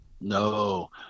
No